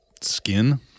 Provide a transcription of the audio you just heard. skin